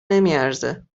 نمیارزه